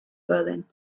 berlin